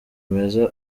meza